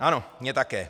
Ano, mně také.